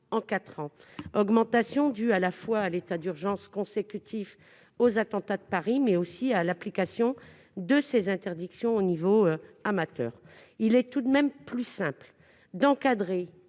en quatre ans ! Cette augmentation est due, à la fois, à l'état d'urgence consécutif aux attentats de Paris et à l'application d'interdictions au niveau amateur. Il est tout de même plus simple d'encadrer